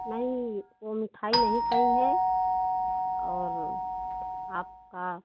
नहीं वो मिठाई नहीं सही है और आपका